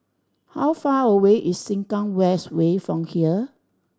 how far away is Sengkang West Way from here